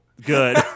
good